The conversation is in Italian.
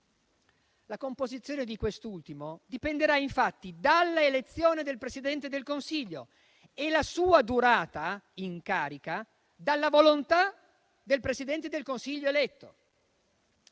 La composizione di quest'ultimo dipenderà, infatti, dalla elezione del Presidente del Consiglio e la sua durata in carica dalla volontà del Presidente del Consiglio eletto.